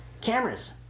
Cameras